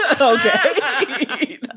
okay